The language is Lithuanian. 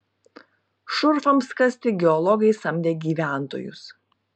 šurfams kasti geologai samdė gyventojus